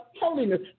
holiness